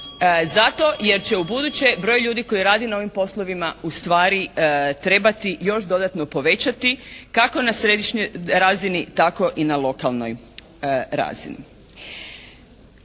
zato jer će ubuduće broj ljudi koji rade na ovim poslovima ustvari trebati još dodatno povećati kako na središnjoj razini tako i na lokalnoj razini.